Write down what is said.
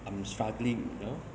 I'm struggling you know